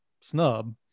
snub